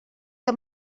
que